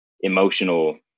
emotional